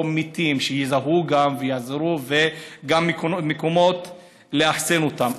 או מתים, שיזהו גם ויעזרו, וגם מקומות לאחסן אותם.